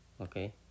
Okay